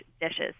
dishes